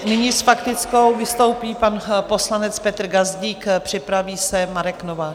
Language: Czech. Nyní s faktickou vystoupí pan poslanec Petr Gazdík, připraví se Marek Novák.